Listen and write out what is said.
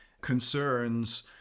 concerns